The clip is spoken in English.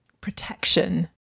protection